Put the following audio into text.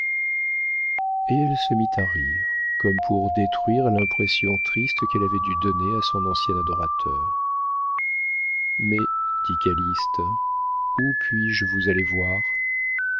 vierge elle se mit à rire comme pour détruire l'impression triste qu'elle avait dû donner à son ancien adorateur mais dit calyste où puis-je vous aller voir